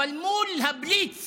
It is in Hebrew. אבל מול הבליץ